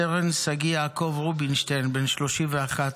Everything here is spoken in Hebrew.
סרן שגיא יעקב רובינשטיין, בן 31,